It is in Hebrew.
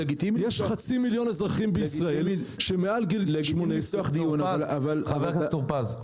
יש חצי מיליון אזרחים בישראל שהם מעל גיל 18 -- חבר הכנסת טור פז,